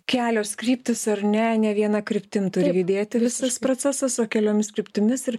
kelios kryptis ar ne ne viena kryptim turi judėti visas procesas o keliomis kryptimis ir